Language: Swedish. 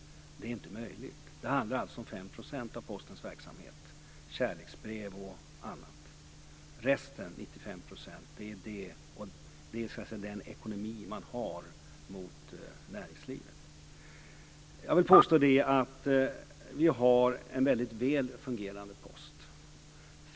Det handlar alltså om 5 % av Postens verksamhet - kärleksbrev och annat. Resten, 95 %, är den ekonomi som man har gentemot näringslivet. Jag vill påstå att vi har en väldigt väl fungerande post.